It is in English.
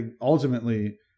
ultimately